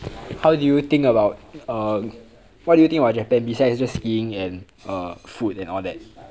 how do you think about err what do you think about japan besides just skiing and err food and all that